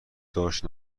داشت